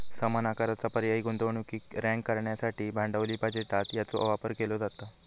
समान आकाराचा पर्यायी गुंतवणुकीक रँक करण्यासाठी भांडवली बजेटात याचो वापर केलो जाता